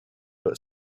but